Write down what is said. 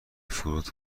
فرود